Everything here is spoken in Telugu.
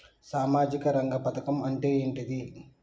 సామాజిక రంగ పథకం అంటే ఏంటిది?